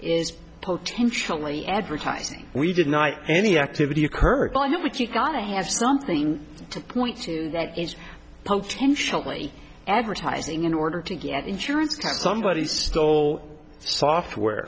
is potentially advertising we did night any activity occurred on what you've got to have something to point to that is potentially advertising in order to get insurance type somebody stole software